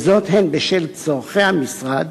הן בשל צורכי המשרד,